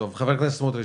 חבר הכנסת סמוטריץ',